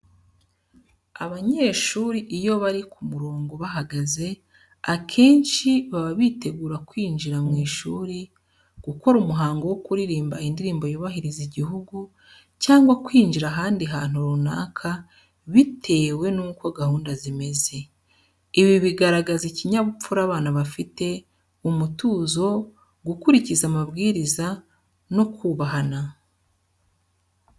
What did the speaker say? Abanyeshuri iyo bari ku murongo bahagaze, akenshi baba bitegura kwinjira mu ishuri, gukora umuhango wo kuririmba indirimbo yubahiriza igihugu cyangwa kwinjira ahandi hantu runaka, bitewe nuko gahunda zimeze. Ibi bigaragaza ikinyabupfura abana bafite, umutuzo, gukurikiza amabwiriza no kubahana.